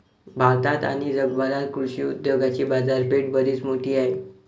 भारतात आणि जगभरात कृषी उद्योगाची बाजारपेठ बरीच मोठी आहे